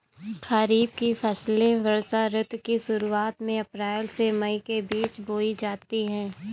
खरीफ की फसलें वर्षा ऋतु की शुरुआत में अप्रैल से मई के बीच बोई जाती हैं